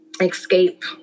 escape